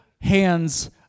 hands